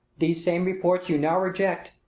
these same reports you now reject,